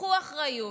קחו אחריות,